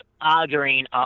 arguing